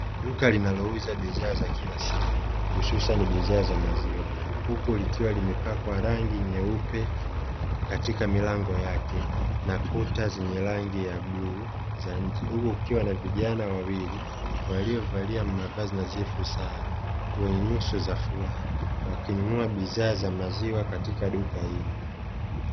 Duka linalouza bidhaa za kila siku hususani bidhaa za maziwa huku likiwa limepakwa rangi nyeupe katika milango Yake na kuta zenye rangi za buluu za nje. Huku kukiwa na vijana wawili waliovalia nadhifu sana, wenyenyuso za furaha wakinunua bidhaa za maziwa katika duka ilo.